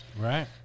Right